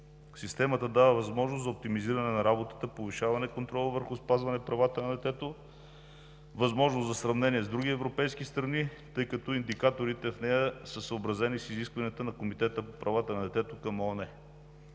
Системата дава възможност за оптимизиране на работата, повишаване контрола върху спазване правата на детето, възможност за сравнение с други европейски страни, тъй като индикаторите в нея са съобразени с изискванията на Комитета